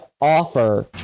offer